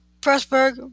Pressburg